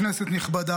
כנסת נכבדה,